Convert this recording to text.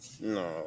no